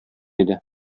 иде